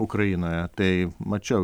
ukrainoje tai mačiau